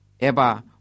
Eba